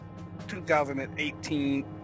2018